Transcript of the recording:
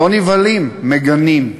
לא נבהלים, מגנים.